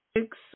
six